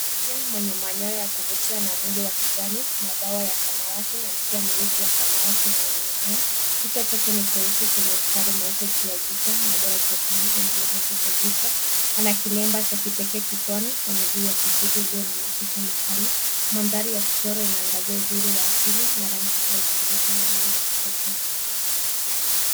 Ndege mwenye manyoya ya kuvutia na mwili wa kijani, mabawa ya samawati na mkia mrefu wa samawati unaoning'inia. Kichwa chake ni cheusi chenye mstari mweupe juu ya jicho na doa jekundu linalozunguka jicho ana kilemba cha kipekee kichwani na miguu ya kijivu iliyo na makucha makali. Mandhari ya kuchora inaangazia uzuri wa asili na rangi hai za ndege huyu wa kipekee.